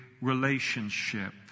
relationship